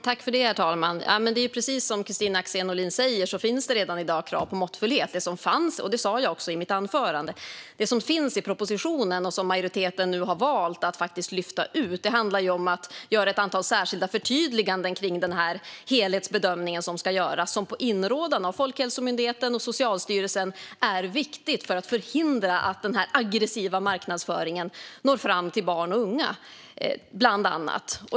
Herr talman! Precis som Kristina Axén Olin säger finns det redan i dag krav på måttfullhet. Det sa jag också i mitt anförande. Det som finns i propositionen och som majoriteten nu har valt att faktiskt lyfta ut handlar om att göra ett antal särskilda förtydliganden kring den helhetsbedömning som ska göras som Folkhälsomyndigheten och Socialstyrelsen anser är viktiga för att förhindra att den aggressiva marknadsföringen når fram till barn och unga, bland annat.